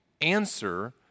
answer